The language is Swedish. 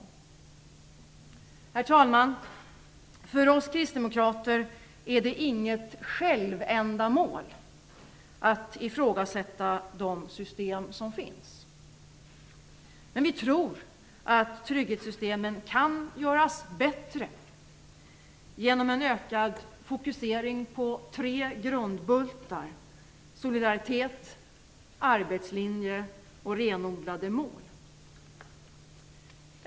Herr talman! För oss kristdemokrater är det inget självändamål att ifrågasätta de system som finns, men vi tror att trygghetssystemen kan göras bättre genom en ökad fokusering på tre grundbultar: solidaritet, arbetslinje och renodlade mål.